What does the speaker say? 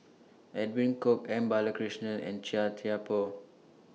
Edwin Koek M Balakrishnan and Chia Thye Poh